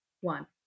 One